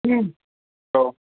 औ